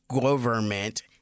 government